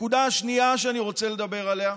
הנקודה השנייה שאני רוצה לדבר עליה,